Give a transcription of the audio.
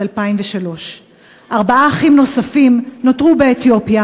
2003. ארבעה אחים נוספים נותרו באתיופיה,